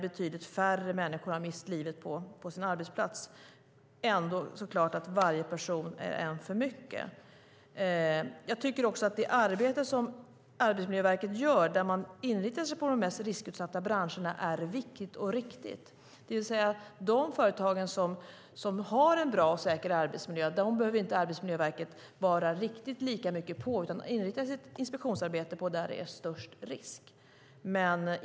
Betydligt färre människor har mist livet på sin arbetsplats. Varje person som mister livet är naturligtvis en för mycket. Jag tycker också att det arbete som Arbetsmiljöverket gör där man inriktar sig på de mest riskutsatta branscherna är riktigt. När det gäller de företag som har en bra och säker arbetsmiljö behöver inte Arbetsmiljöverket vara riktigt lika mycket på, utan man bör inrikta sitt inspektionsarbete på de företag där det är störst risk.